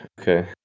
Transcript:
okay